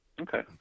okay